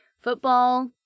Football